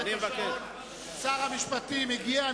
שר המשפטים הגיע.